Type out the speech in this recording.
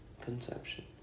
conception